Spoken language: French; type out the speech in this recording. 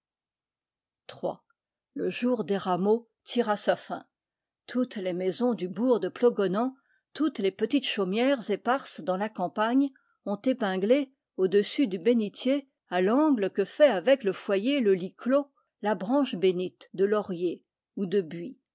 le jour des rameaux tire à sa fin toutes les maisons du bourg de plogonan toutes les petites chaumières éparses dans la campagne ont épinglé au-dessus du bénitier à l'an gle que fait avec le foyer le lit clos la branche bénite de laurier ou de buis